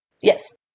Yes